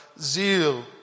zeal